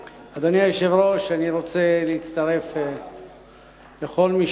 היושב-ראש, אני רוצה להצטרף לכל מי